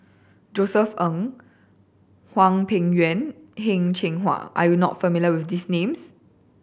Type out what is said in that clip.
Josef Ng Hwang Peng Yuan Heng Cheng Hwa are you not familiar with these names